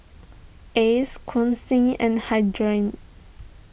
Ace Quincy and Hildred